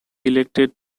elected